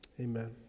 Amen